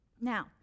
Now